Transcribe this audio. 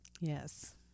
Yes